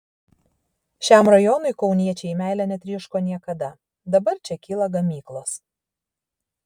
šiam rajonui kauniečiai meile netryško niekada dabar čia kyla gamyklos